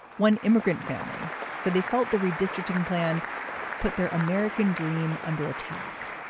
one immigrant family said they felt the redistricting plan put their american dream under attack.